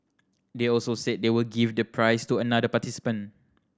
they also said they will give the prize to another participant